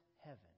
heaven